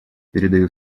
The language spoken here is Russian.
передаю